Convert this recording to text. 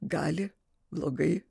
gali blogai